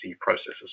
processes